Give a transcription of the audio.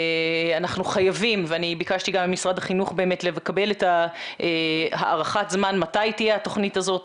אני ביקשתי ממשרד החינוך לקבל את הערכת זמן מתי תהיה התוכנית הזאת.